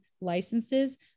licenses